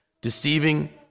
deceiving